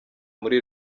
muri